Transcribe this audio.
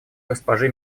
госпожи